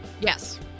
Yes